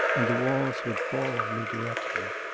and the walls would fall on me directly.